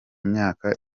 myaka